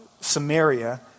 Samaria